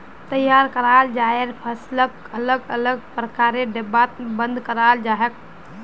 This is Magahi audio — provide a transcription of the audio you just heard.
तैयार कराल चाइर फसलक अलग अलग प्रकारेर डिब्बात बंद कराल जा छेक